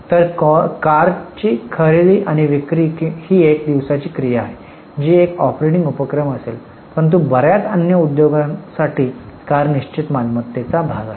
तर कारची खरेदी आणि विक्री ही एक दिवसाची क्रिया आहे जी एक ऑपरेटिंग उपक्रम असेल परंतु बर्याच अन्य उद्योगांसाठी कार निश्चित मालमत्तेचा भाग आहे